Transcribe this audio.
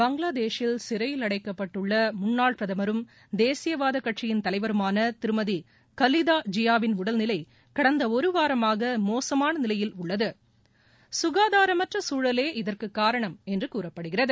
பங்களாதேஷில் சிறையில் அடைக்கப்பட்டுள்ள முன்னாள் பிரதமரும் தேசியவாத கட்சியின் தலைவருமான திருமதி கவிதா ஜியாவின் உடல்நிலை கடந்த ஒரு வாரமாக மோசமான நிலையில் சுகாதாரமற்ற சூழலே இதற்கு காரணம் என்று கூறப்படுகிறது